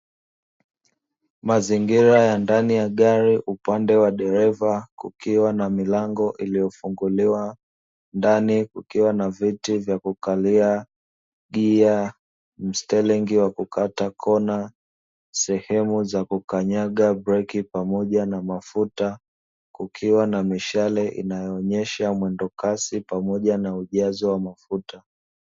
Mazingira ya ndani ya gari, upande wa dereva kukiwa na milango iliyofunguliwa ndani kukiwa na viti vya kukalia gia, msteringi wa kukata kona sehemu za kukanyaga breki, pamoja na mafuta kukiwa na mishale inayoonyesha mwendokasi pamoja na ujazo wa mafuta.